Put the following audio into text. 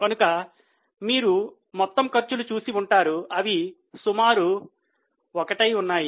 కనుక మీరు మొత్తం ఖర్చులు చూసే ఉంటారు అవి సుమారు ఒకటై ఉన్నాయి